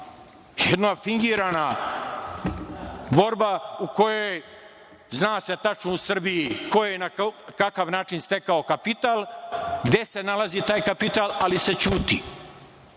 fingirana borba u kojoj zna se tačno u Srbiji ko je i na kakav način stekao kapital, gde se nalazi taj kapital, ali se ćuti.